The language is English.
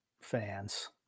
fans